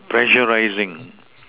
pressuring